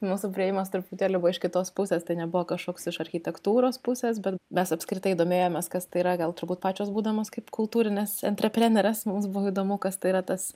mūsų priėjimas truputėlį buvo iš kitos pusės tai nebuvo kažkoks iš architektūros pusės bet mes apskritai domėjomės kas tai yra gal turbūt pačios būdamos kaip kultūrinės antrepreneris mums buvo įdomu kas tai yra tas